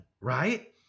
right